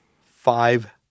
five